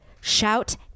Shout